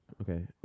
Okay